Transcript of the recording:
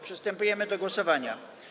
Przystępujemy do głosowania.